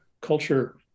culture